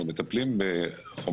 אנחנו מטפלים בחומרים,